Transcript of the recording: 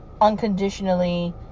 unconditionally